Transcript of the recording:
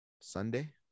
Sunday